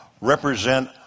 represent